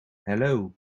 hello